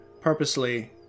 purposely